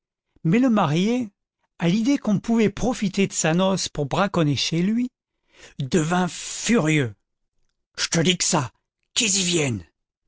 mais le marié à l'idée qu'on pouvait profiter de sa noce pour braconner chez lui devint furieux j'te dis qu'ça qu'i z'y viennent